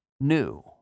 new